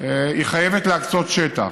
היא חייבת להקצות שטח.